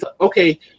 okay